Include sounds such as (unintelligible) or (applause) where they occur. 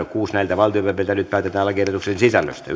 (unintelligible) kuusi nyt päätetään lakiehdotuksen sisällöstä (unintelligible)